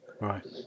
Right